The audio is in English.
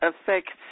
affects